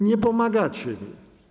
Nie pomagacie mi.